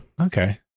Okay